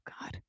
God